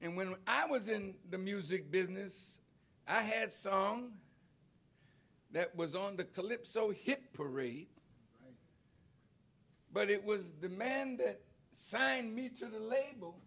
and when i was in the music business i had song that was on the calypso hit parade but it was the man that signed me to the label